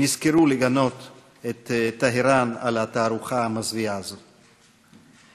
נזכרו לגנות את טהרן על התערוכה המזוויעה הזאת.